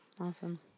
Awesome